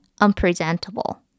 unpresentable